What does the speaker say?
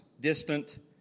distant